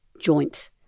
joint